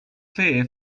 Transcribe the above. fair